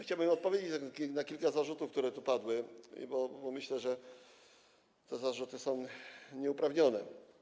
Chciałbym odpowiedzieć na kilka zarzutów, które tu padły, bo myślę, że te zarzuty są nieuprawnione.